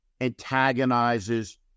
antagonizes